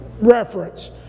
reference